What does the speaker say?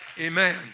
Amen